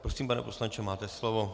Prosím, pane poslanče, máte slovo.